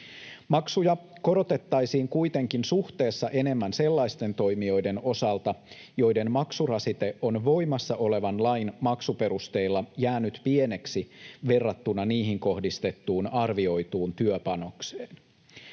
Maksuja korotettaisiin kuitenkin suhteessa enemmän sellaisten toimijoiden osalta, joiden maksurasite on voimassa olevan lain maksuperusteilla jäänyt pieneksi verrattuna niihin kohdistettuun arvioituun työpanokseen.